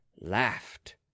laughed